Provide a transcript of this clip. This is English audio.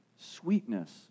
sweetness